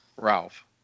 Ralph